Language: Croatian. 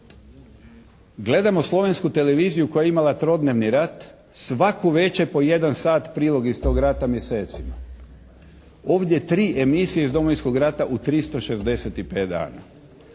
Gledamo slovensku televiziju koja je imala trodnevni rat, svaku večer po jedan sat prilog iz tog rata mjesecima. Ovdje tri emisije iz Domovinskog rata u 365 dana.